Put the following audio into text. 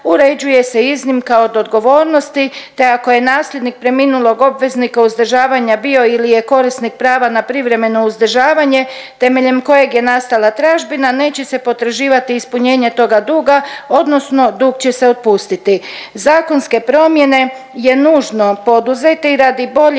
uređuje se iznimka od odgovornosti te ako je nasljednik preminulog obveznika uzdržavanja bio ili je korisnik prava na privremeno uzdržavanje temeljem kojeg je nastala tražbina, neće se potraživati ispunjenje toga duga odnosno dug će se otpustiti. Zakonske promjene je nužno poduzeti radi bolje